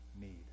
need